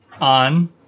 on